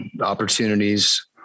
opportunities